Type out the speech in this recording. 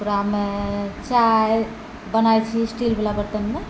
ओकरा मे चाय बनाए छी स्टील बला बर्तन मे